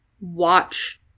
watch